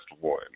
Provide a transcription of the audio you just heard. one